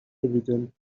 evident